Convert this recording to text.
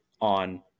on